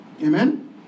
Amen